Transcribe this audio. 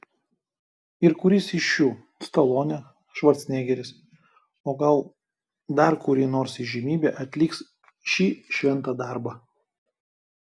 ir kuris iš šių stalonė švarcnegeris o gal dar kuri nors įžymybė atliks šį šventą darbą